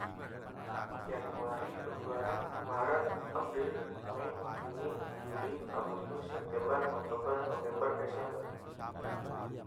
Januari, februari, maret, april, mei, juni, juli, agustus, september, oktober, november, desember.